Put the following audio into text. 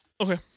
Okay